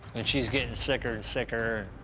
and she's getting sicker and sicker.